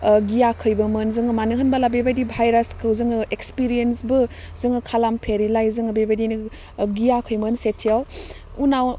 ओह गियाखैबोमोन जोङो मानो होनबोला बेबायदि भाइरासखौ जोङो एक्सपिरियेन्सबो जोङो खालामफेरैलाय जोङो बेबायदिनो गियाखैमोन सेथियाव उनाव